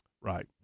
Right